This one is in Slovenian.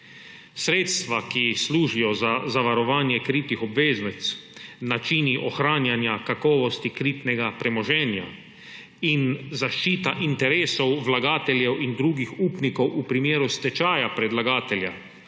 Sredstva, ki služijo za zavarovanje kritih obveznic, načini ohranjanja kakovosti kritnega premoženja in zaščita interesov vlagateljev in drugih upnikov v primeru stečaja predlagatelja